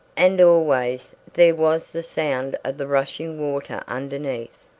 and always there was the sound of the rushing water underneath,